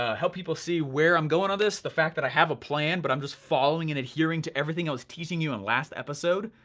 ah help people see where i'm going on this, the fact that i have a plan but i'm just following and adhering to everything i was teaching you in last episode.